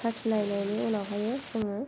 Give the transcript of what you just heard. साखिनायनायनि उनावहायो जोङो